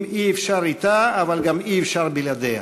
אי-אפשר אתה אבל גם אי-אפשר בלעדיה.